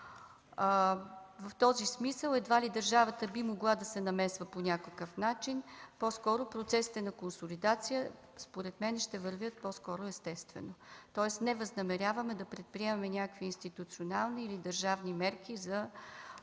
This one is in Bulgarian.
В този смисъл едва ли държавата би могла да се намесва по някакъв начин. Процесите на консолидация според мен ще вървят по-скоро естествено. Тоест не възнамеряваме да предприемаме някакви институционални или държавни мерки за